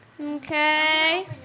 Okay